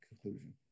conclusion